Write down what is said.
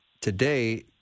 today—